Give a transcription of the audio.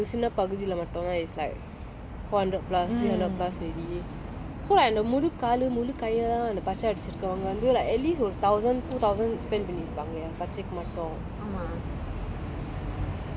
somemore like on the shoulder ஒரு சின்ன பகுதில மட்டும்:oru sinna pakuthila mattum is like four hundred plus three hundred plus already so like the முலுக்காலு முலுக்கையிலாம் வந்து பச்ச அடிச்சிருக்குரவங்க வந்து:mulukkaalu mulukaiyilaam vanthu pacha adichirukkuravanga vanthu like at least ஒரு:oru thousand two thousand spent பண்ணி இருப்பாங்க பச்சைக்கு மட்டும்:panni iruppanga pachaikku mattum